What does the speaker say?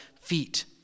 feet